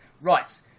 Right